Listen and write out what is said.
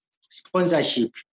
sponsorship